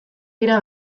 dira